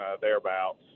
thereabouts